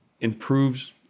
improves